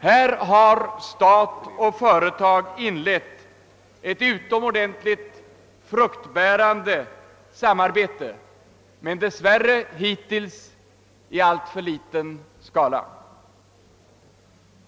Härvidlag har stat och företag inlett ett utomordentligt fruktbärande samarbete men dess värre hittills i alltför liten skala.